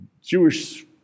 Jewish